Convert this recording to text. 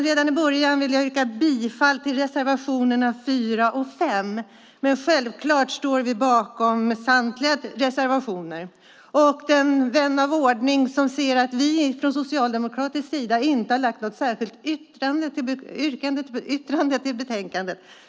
Jag vill redan nu yrka bifall till reservationerna 4 och 5, men vi står självklart bakom samtliga våra reservationer. Vän av ordning kan se att vi från socialdemokratisk sida inte har något särskilt yttrande i betänkandet.